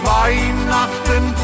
Weihnachten